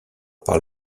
par